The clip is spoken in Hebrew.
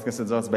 חברת הכנסת זוארץ,